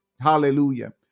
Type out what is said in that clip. Hallelujah